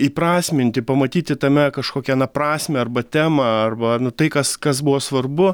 įprasminti pamatyti tame kažkokią na prasmę arba temą arba tai kas kas buvo svarbu